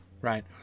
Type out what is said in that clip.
Right